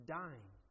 dying